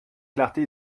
clarté